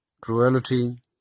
Cruelty